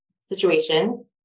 situations